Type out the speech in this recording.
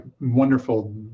wonderful